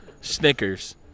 Snickers